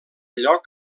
lloc